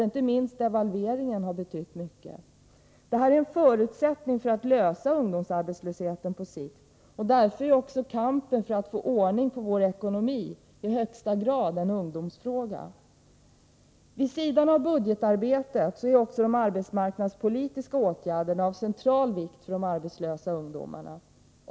Inte minst devalveringen har där betytt mycket. En förbättrad ekonomi är en förutsättning för att lösa ungdomsarbetslösheten på sikt — därför är också kampen för att få ordning på ekonomin i högsta grad en ungdomsfråga. Vid sidan av budgetarbetet är också de arbetsmarknadspolitiska åtgärderna av central vikt för de arbetslösa ungdomarna.